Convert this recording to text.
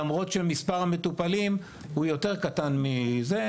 למרות שמספר המטופלים הוא יותר קטן מזה.